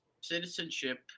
citizenship